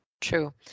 True